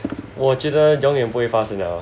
我觉得永远不会发生了 lor